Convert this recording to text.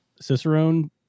Cicerone